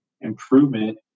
improvement